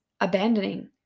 abandoning